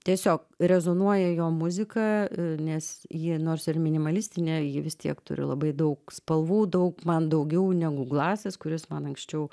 tiesiog rezonuoja jo muzika nes ji nors ir minimalistinė ji vis tiek turi labai daug spalvų daug man daugiau negu glasis kuris man anksčiau